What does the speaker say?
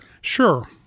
Sure